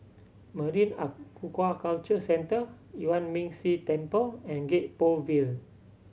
Marine Aquaculture Centre Yuan Ming Si Temple and Gek Poh Ville